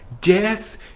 death